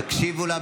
תקשיבו לה,